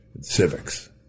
civics